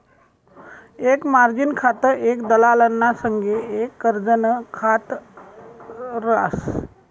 एक मार्जिन खातं एक दलालना संगे एक कर्जनं खात रास